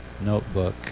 notebook